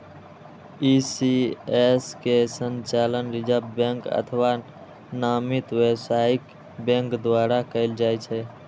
ECS के संचालन reserve bank अथवा नामित व्यावसायिक बैंक द्वारा कैल जाइ छै